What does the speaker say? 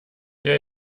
der